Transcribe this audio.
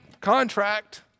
Contract